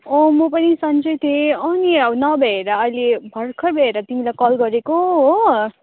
अँ म पनि सन्चै थिएँ अँ नि अब नभ्याएर अहिले भर्खर भ्याएर तिमीलाई कल गरेको हो